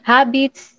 Habits